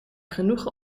genoegen